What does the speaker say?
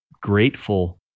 grateful